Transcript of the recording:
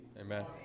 Amen